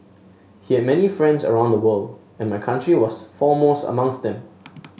he had many friends around the world and my country was foremost amongst them